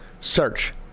Search